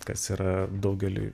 kas yra daugeliui